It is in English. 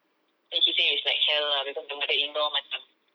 then she say it's like hell lah because the mother in-law macam